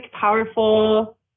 powerful